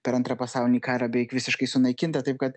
per antrą pasaulinį karą beveik visiškai sunaikinta taip kad